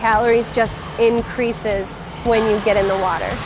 calories just increases when you get in the water